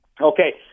Okay